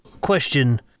Question